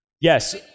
Yes